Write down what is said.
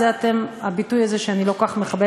זה הביטוי שאני לא כל כך מחבבת,